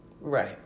Right